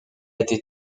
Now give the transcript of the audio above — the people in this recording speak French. été